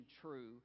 true